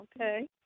Okay